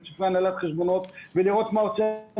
את ספרי הנהלת החשבונות ולראות מה הוצאנו,